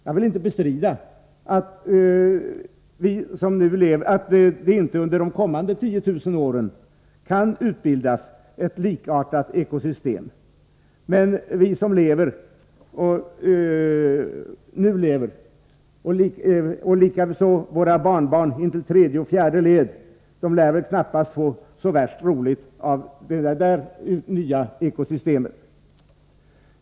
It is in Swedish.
Jag vill inte bestrida att det inte under de kommande 10 000 åren kan utbildas ett likartat ekosystem, men vi som nu lever och våra barnbarn intill tredje och fjärde led lär knappast få så värst roligt av det där nya ekosystemet.